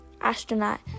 astronaut